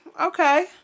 okay